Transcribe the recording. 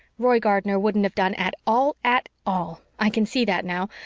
roy gardner wouldn't have done at all, at all. i can see that now,